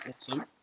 awesome